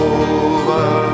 over